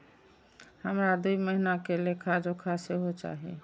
हमरा दूय महीना के लेखा जोखा सेहो चाही